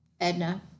Edna